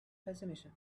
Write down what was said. fascination